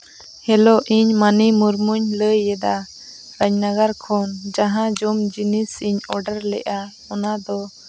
hello ᱤᱧ ᱢᱟᱹᱱᱤ ᱢᱩᱨᱢᱩᱧ ᱞᱟᱹᱭᱮᱫᱟ ᱨᱟᱡᱽ ᱱᱟᱜᱟᱨ ᱠᱷᱚᱱ ᱡᱟᱦᱟᱸ ᱡᱚᱢ ᱡᱤᱱᱤᱥᱤᱧ ᱚᱰᱟᱨ ᱞᱮᱜᱼᱟ ᱚᱱᱟ ᱫᱚ